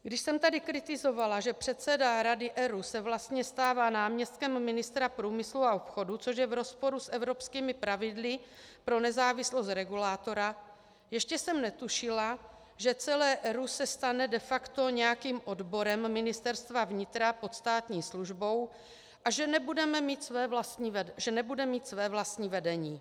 Když jsem tady kritizovala, že předseda Rady ERÚ se vlastně stává náměstkem ministra průmyslu a obchodu, což je v rozporu s evropskými pravidly pro nezávislost regulátora, ještě jsem netušila, že celé ERÚ se stane de facto nějakým odborem Ministerstva vnitra pod státní službou a že nebude mít své vlastní vedení.